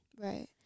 Right